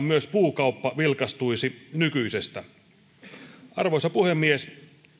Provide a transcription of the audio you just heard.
myös puukauppa vilkastuisi nykyisestä arvoisa puhemies